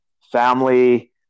family